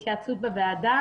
בוועדה.